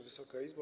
Wysoka Izbo!